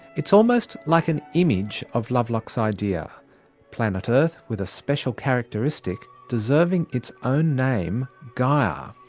it's almost like an image of lovelock's idea planet earth with a special characteristic, deserving its own name, gaia.